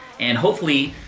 and hopefully,